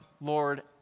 Lord